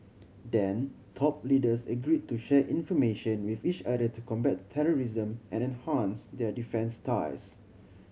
then top leaders agreed to share information with each other to combat terrorism and enhance their defence ties